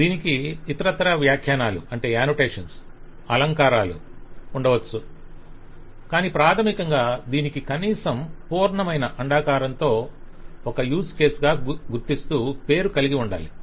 దీనికి ఇతరత్రా వ్యాఖ్యానాలు అలంకారాలు ఉండవచ్చు కాని ప్రాధమికంగా దీనికి కనీసం పూర్ణమైన అండాకారంతో ఒక యూస్ కేస్ గా గుర్తిస్తూ పేరు కలిగి ఉండాలి